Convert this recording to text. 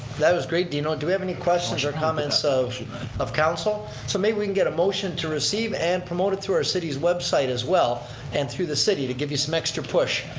that was great, dino. do we have any questions or comments of of council? so maybe we can get a motion to receive and promote it to our city's website as well and to the city to give you some extra push,